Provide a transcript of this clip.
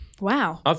Wow